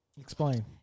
Explain